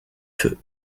feu